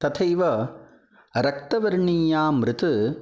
तथैव रक्तवर्णीया मृत्